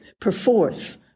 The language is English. perforce